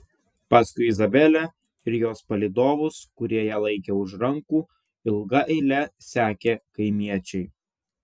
paskui izabelę ir jos palydovus kurie ją laikė už rankų ilga eile sekė kaimiečiai